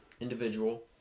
Individual